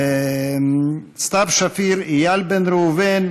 סתיו שפיר, איל בן ראובן,